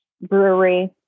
brewery